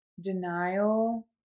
denial